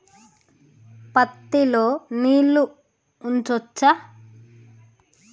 పత్తి లో నీళ్లు ఉంచచ్చా?